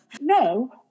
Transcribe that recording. No